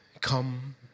Come